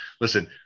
Listen